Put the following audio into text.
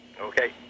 Okay